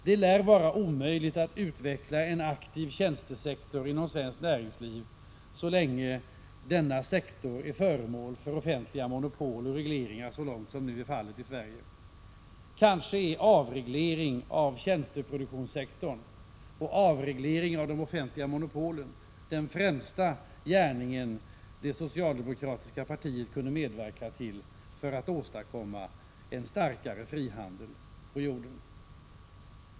Det lär vara omöjligt att utveckla en aktiv tjänstesektor inom svenskt näringsliv så länge denna sektor är föremål för offentliga monopol och regleringar så långt som nu är fallet i Sverige. Kanske är en avreglering av tjänsteproduktionssektorn och avreglering av de offentliga monopolen den främsta gärning som det socialdemokratiska partiet kunde medverka till för att åstadkomma en starkare frihandel på jorden.